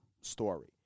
story